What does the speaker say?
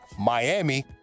Miami